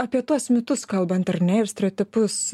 apie tuos mitus kalbant ar ne ir stereotipus